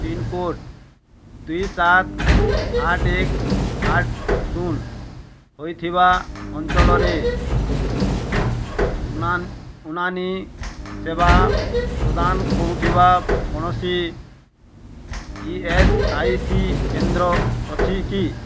pincode ଦୁଇ ସାତ ଆଠ ଏକ ଆଠ ଶୂନ ହୋଇଥିବା ଅଞ୍ଚଳରେ ଉନାନ ଉନାନି ସେବା ପ୍ରଦାନ କରୁଥିବା କୌଣସି ଇ ଏସ୍ ଆଇ ସି କେନ୍ଦ୍ର ଅଛି କି